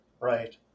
Right